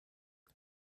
mit